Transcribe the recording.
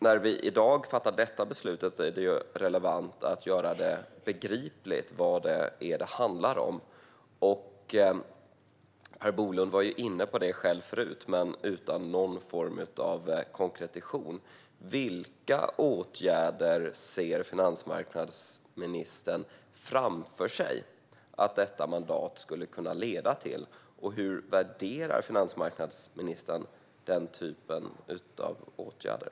När vi i dag fattar detta beslut är det relevant att göra begripligt vad det handlar om. Per Bolund var själv inne på det tidigare, men utan någon form av konkretion. Vilka åtgärder ser finansmarknadsministern framför sig att detta mandat skulle kunna leda till, och hur värderar finansmarknadsministern den typen av åtgärder?